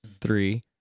three